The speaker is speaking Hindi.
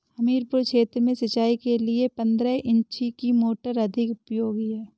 हमीरपुर क्षेत्र में सिंचाई के लिए पंद्रह इंची की मोटर अधिक उपयोगी है?